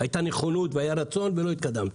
הייתה נכונות והיה רצון, ואל התקדמתם.